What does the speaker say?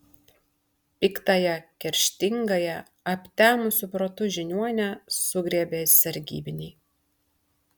piktąją kerštingąją aptemusiu protu žiniuonę sugriebė sargybiniai